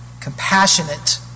compassionate